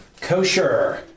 Kosher